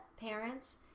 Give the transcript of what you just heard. parents